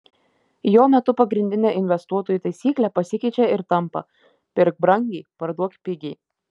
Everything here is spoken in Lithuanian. jo metu pagrindinė investuotojų taisyklė pasikeičia ir tampa pirk brangiai parduok pigiai